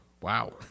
wow